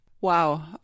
Wow